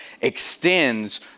extends